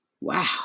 Wow